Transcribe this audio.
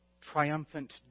triumphant